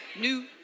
new